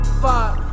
fuck